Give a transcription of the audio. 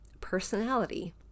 personality